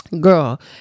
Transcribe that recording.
Girl